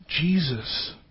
Jesus